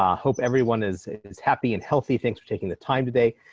um hope everyone is is happy and healthy. thanks for taking the time today.